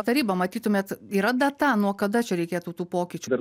tarybą matytumėt yra data nuo kada čia reikėtų tų pokyčių